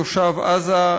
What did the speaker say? תושב יפו,